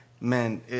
man